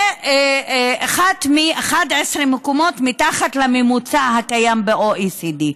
ואחת מ-11 מקומות מתחת לממוצע הקיים ב-OECD.